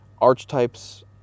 archetypes